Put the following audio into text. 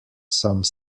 some